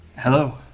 Hello